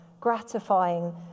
gratifying